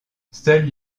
seules